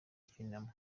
akinamo